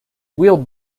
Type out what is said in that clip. wheeled